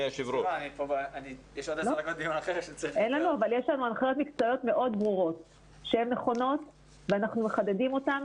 אבל יש לנו הנחיות מקצועיות מאוד ברורות שאנחנו מחדדים כל הזמן.